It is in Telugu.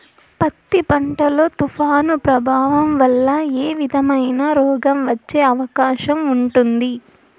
పత్తి పంట లో, తుఫాను ప్రభావం వల్ల ఏ విధమైన రోగం వచ్చే అవకాశం ఉంటుంది?